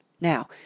Now